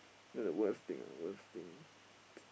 then the worst thing ah worst thing